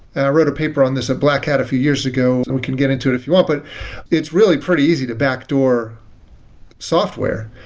and i wrote a paper on this at black hat a few years ago. and we get into it if you want, but it's really pretty easy to backdoor software.